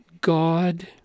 God